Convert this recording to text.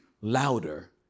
louder